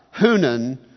Hunan